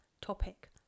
topic